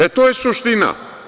E, to je suština.